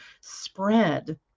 spread